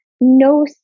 no